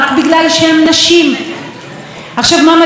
עליזה שפק,